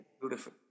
Beautiful